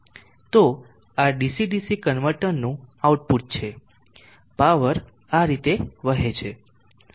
તો આ DC DC કન્વર્ટરનું આઉટપુટ છે પાવર આ રીતે વહે છે